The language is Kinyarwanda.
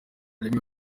rimwe